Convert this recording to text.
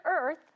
earth